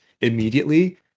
immediately